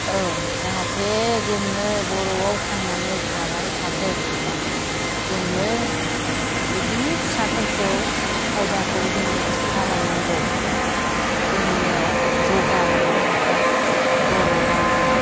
औ जाहाथे जोङो बर'आव थांनानै थाबाय थाथों जोङो बिदिनो फिसाफोरखौ खायदाखौ जोङो खिन्थालांनांगौ जोंनियाव जौगालांनो हाथों बर' रावजों